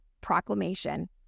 proclamation